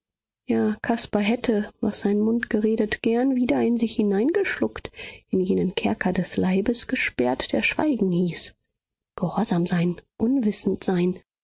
ja caspar hätte was sein mund geredet gern wieder in sich hineingeschluckt in jenen kerker des leibes gesperrt der schweigen hieß gehorsam sein unwissend sein